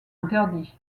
interdits